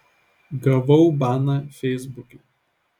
gavau baną feisbuke